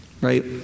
right